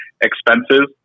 expenses